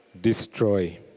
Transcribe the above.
destroy